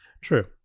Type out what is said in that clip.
True